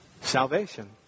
Salvation